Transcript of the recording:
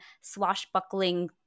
swashbuckling